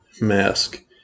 Mask